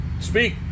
Speak